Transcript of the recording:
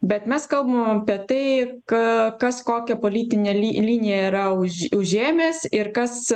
bet mes kalbam apie tai k kas kokią politinę li liniją yra už užėmęs ir kas